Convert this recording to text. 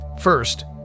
First